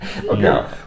Okay